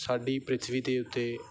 ਸਾਡੀ ਪ੍ਰਿਥਵੀ ਦੇ ਉੱਤੇ